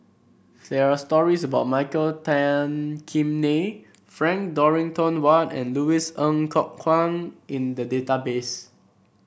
there are stories about Michael Tan Kim Nei Frank Dorrington Ward and Louis Ng Kok Kwang in the database